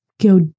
go